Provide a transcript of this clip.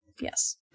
Yes